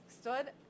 stood